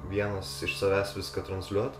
vienas iš savęs viską transliuot